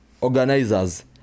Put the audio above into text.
organizers